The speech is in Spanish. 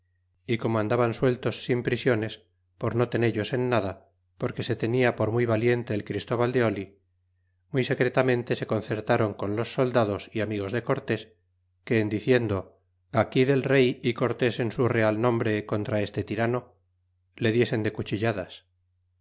y como andaban sueltos sin prisiones por no tenellos en nada porque se tenia por muy valiente el christóval de oli muy secretamente se concertron con los soldados y amigos de cortés que en diciendo aquí del rey y cortés en su real nombre contra este tirano le diesen de cuchilladas